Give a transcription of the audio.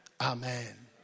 Amen